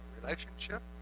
relationship